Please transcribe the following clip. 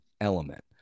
element